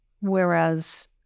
whereas